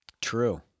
True